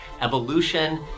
Evolution